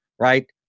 right